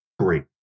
Great